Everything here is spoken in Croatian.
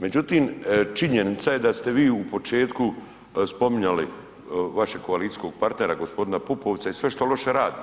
Međutim, činjenica je da ste vi u početku spominjali vašeg koalicijskog partnera gospodina Pupovca i sve što loše radi,